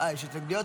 יש התנגדויות.